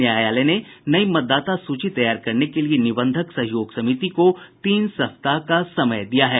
न्यायालय ने नई मतदाता सूची तैयार करने के लिए निबंधक सहयोग समिति को तीन सप्ताह का समय दिया है